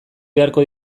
beharko